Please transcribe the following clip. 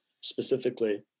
specifically